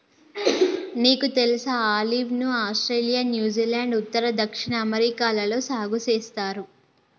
నీకు తెలుసా ఆలివ్ ను ఆస్ట్రేలియా, న్యూజిలాండ్, ఉత్తర, దక్షిణ అమెరికాలలో సాగు సేస్తారు